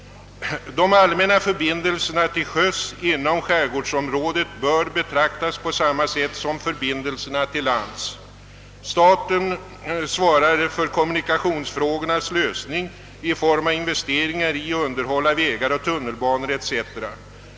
De allmänna förbindelserna till sjöss inom skärgårdsområdet bör betraktas på samma sätt som förbindelserna till lands. Staten svarar ju för kommunikationsfrågornas lösning i form av investeringar i och underhåll av vägar, tunnelbanor etc.